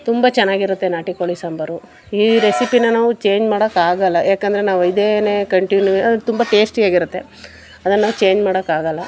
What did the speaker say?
ತುಂಬ ಚೆನ್ನಾಗಿರುತ್ತೆ ನಾಟಿ ಕೋಳಿ ಸಾಂಬಾರು ಈ ರೆಸಿಪಿನಾ ನಾವು ಚೇಂಜ್ ಮಾಡೋಕೆ ಆಗೋಲ್ಲ ಯಾಕೆಂದ್ರೆ ನಾವು ಇದೇನೆ ಕಂಟಿನ್ಯೂ ಅದು ತುಂಬ ಟೇಶ್ಟಿಯಾಗಿರುತ್ತೆ ಅದನ್ನು ಚೇಂಜ್ ಮಾಡೋಕ್ಕಾಗೋಲ್ಲ